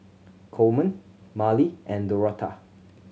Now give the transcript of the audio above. Coleman Marlie and Dorotha